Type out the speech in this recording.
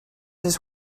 his